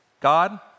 God